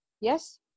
Yes